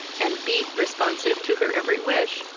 and beat responsive to her every wish,